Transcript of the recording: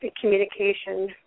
communication